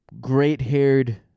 great-haired